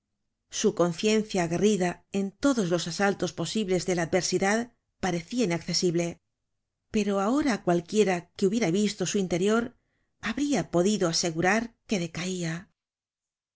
su conciencia aguerrida en todos los asaltos posibles de la adversidad parecia inaccesible pero ahora cualquiera que hubiera visto su interior habria podido asegurar que decaia